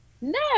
No